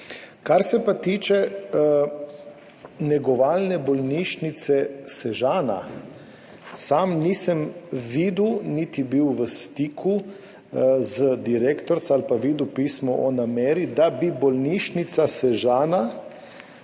Kar se pa tiče negovalne bolnišnice Sežana, sam nisem videl, niti bil v stiku z direktorico ali pa videl pisma o nameri, da bi Bolnišnica Sežana